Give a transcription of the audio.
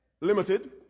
limited